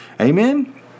Amen